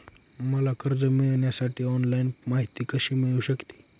मला कर्ज मिळविण्यासाठी ऑनलाइन माहिती कशी मिळू शकते?